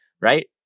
right